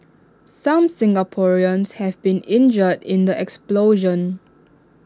some Singaporeans have been injured in the explosion